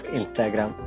Instagram